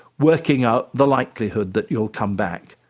working out the likelihood that you'll come back.